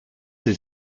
sie